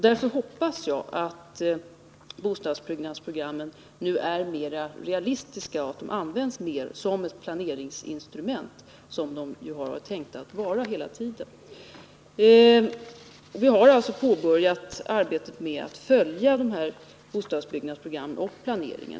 Därför hoppas jag att bostadsbyggnadsprogrammen nu är mera realistiska och att de används mer som planeringsinstrument, vilket hela tiden har varit avsikten. Vi har alltså påbörjat arbetet med att följa bostadsbyggnadsprogrammen och planeringen.